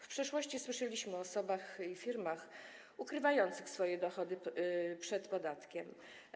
W przeszłości słyszeliśmy o osobach i firmach ukrywających swoje dochody przed podatkiem.